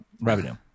revenue